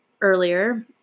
earlier